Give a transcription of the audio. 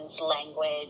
language